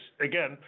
again